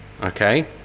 okay